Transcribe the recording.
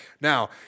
Now